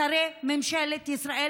שרי ממשלת ישראל,